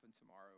tomorrow